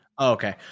Okay